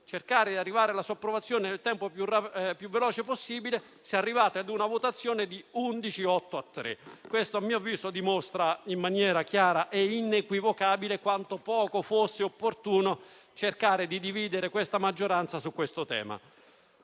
cercare di arrivare alla sua approvazione nel tempo più veloce possibile, si è arrivati ad una votazione di undici-otto a tre. Questo, a mio avviso, dimostra in maniera chiara e inequivocabile quanto poco fosse opportuno cercare di dividere la maggioranza su questo tema.